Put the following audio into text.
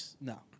No